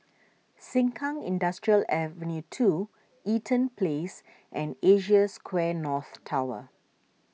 Sengkang Industrial Ave two Eaton Place and Asia Square North Tower